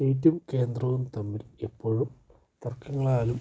കേന്ദ്രവും തമ്മിൽ എപ്പോഴും തർക്കങ്ങളാലും